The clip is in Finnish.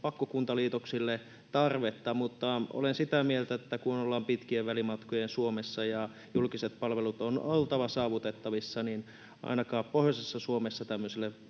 pakkokuntaliitoksille tarvetta. Mutta olen sitä mieltä, että kun ollaan pitkien välimatkojen Suomessa ja julkisten palvelujen on oltava saavutettavissa, niin ainakaan pohjoisessa Suomessa tämmöisille